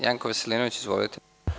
Janko Veselinović, izvolite.